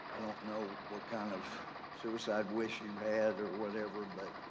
i don't know what kind of suicide wish you had or whatever, but,